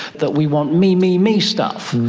that we want me, me, me stuff.